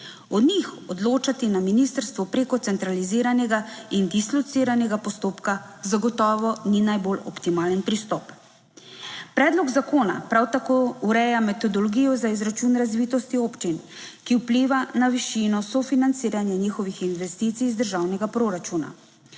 O njih odločati na ministrstvu preko centraliziranega in dislociranega postopka zagotovo ni najbolj optimalen pristop. Predlog zakona prav tako ureja metodologijo za izračun razvitosti občin, ki vpliva na višino sofinanciranja njihovih investicij iz državnega proračuna.